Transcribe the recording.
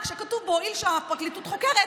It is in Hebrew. רק שכתוב בו: הואיל והפרקליטות חוקרת,